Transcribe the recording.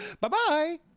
Bye-bye